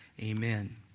amen